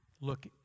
Look